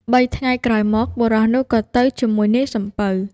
បីថ្ងៃក្រោយមក បុរសនោះក៏ទៅជាមួយនាយសំពៅ។